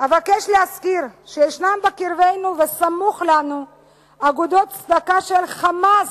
אבקש להזכיר שישנם בקרבנו וסמוך לנו אגודות צדקה של "חמאס"